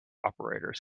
operators